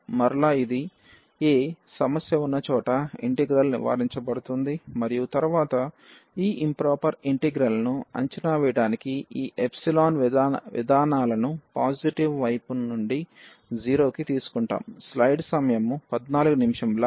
మరలా ఇది a సమస్య ఉన్న చోట ఇంటిగ్రల్ నివారించబడుతుంది మరియు తరువాత ఈ ఇంప్రొపర్ ఇంటిగ్రల్ ను అంచనా వేయడానికి ఈ ఎప్సిలాన్ విధానాలను పాజిటివ్ వైపు నుండి 0 కి తీసుకుంటాము